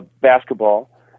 basketball